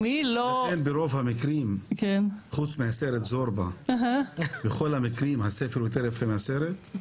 ברוב המקרים חוץ מהסרט "זורבה" בכל המקרים הספר יותר יפה מהסרט?